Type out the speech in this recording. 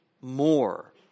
more